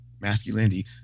masculinity